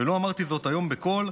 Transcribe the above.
ולו אמרתי זאת היום בכול,